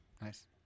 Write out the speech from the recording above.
Nice